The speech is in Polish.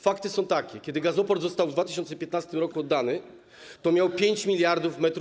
Fakty są takie: kiedy Gazoport został w 2015 r. oddany, to miał 5 mld m